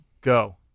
Go